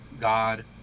God